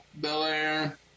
Belair